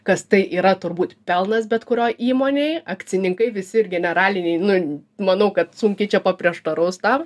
kas tai yra turbūt pelnas bet kurioj įmonėj akcininkai visi ir generaliniai nu manau kad sunkiai čia paprieštaraus tam